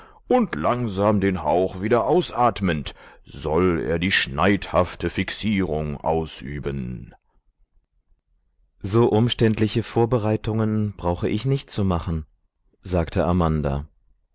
und langsam den hauch wieder ausatmend soll er die schneidhafte fixierung ausüben so umständliche vorbereitungen brauche ich nicht zu machen sagte amanda